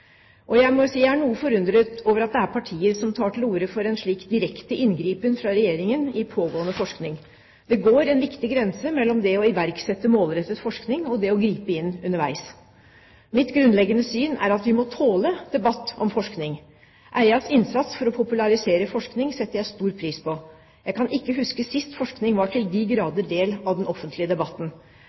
Jeg må si jeg er noe forundret over at det er partier som tar til orde for en slik direkte inngripen fra Regjeringen i pågående forskning. Det går en viktig grense mellom det å iverksette målrettet forskning, og det å gripe inn underveis. Mitt grunnleggende syn er at vi må tåle debatt om forskning. Eias innsats for å popularisere forskning setter jeg stor pris på. Jeg kan ikke huske sist forskning var til de grader en del av den offentlige debatten.